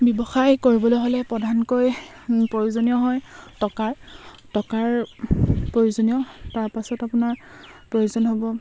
ব্যৱসায় কৰিবলৈ হ'লে প্ৰধানকৈ প্ৰয়োজনীয় হয় টকাৰ টকাৰ প্ৰয়োজনীয় তাৰপাছত আপোনাৰ প্ৰয়োজন হ'ব